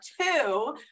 two